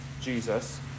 Jesus